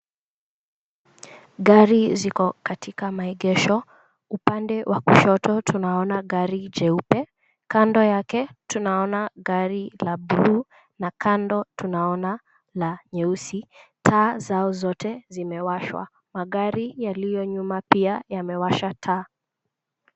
Gari ziko katika maegesho. Upande wa kushoto tunaona gari jeupe, kando yake tunaona gari la bluu na kando tunaona la nyeusi. Taa zao zote zimewashwa, magari yaliyo nyuma pia yamewasha taa.